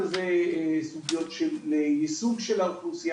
וזה סוגיות ליישום של האוכלוסייה,